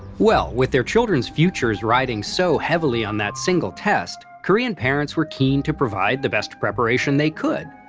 well, with their children's futures riding so heavily on that single test, korean parents were keen to provide the best preparation they could.